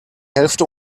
hälfte